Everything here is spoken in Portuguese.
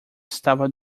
estava